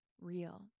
real